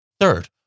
Third